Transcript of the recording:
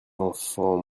enfants